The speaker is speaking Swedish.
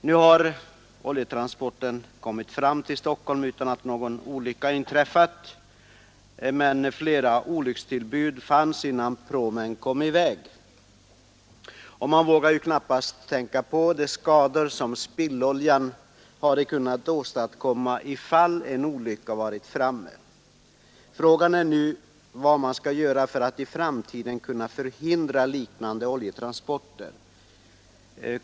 Nu har oljetransporten kommit fram till Stockholm utan att någon olycka inträffat, men flera olyckstillbud fanns innan pråmen kom i väg. Man vågar knappast tänka på de skador som spilloljan hade kunnat åstadkomma ifall en olycka varit framme. Frågan är nu vad man skall göra för att i framtiden kunna förhindra liknande oljetransporter.